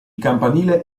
campanile